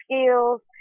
skills